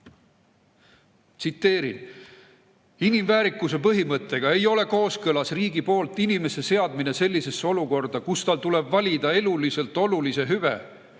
Tsiteerin: "Inimväärikuse põhimõttega pole kooskõlas riigi poolt inimese seadmine sellisesse olukorda, kus tal tuleb valida eluliselt olulise hüve